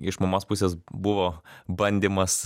iš mamos pusės buvo bandymas